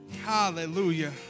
Hallelujah